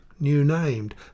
new-named